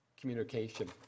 communication